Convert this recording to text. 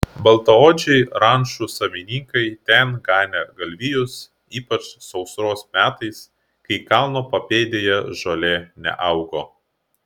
baltaodžiai rančų savininkai ten ganė galvijus ypač sausros metais kai kalno papėdėje žolė neaugo